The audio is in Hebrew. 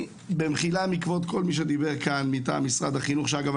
במחילה מכבוד כל מי שדיבר כאן מטעם משרד החינוך ואגב,